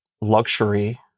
luxury